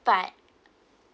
but